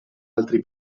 altri